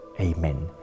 amen